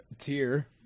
tier